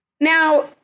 Now